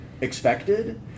Expected